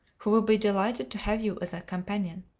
who will be delighted to have you as a companion.